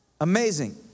Amazing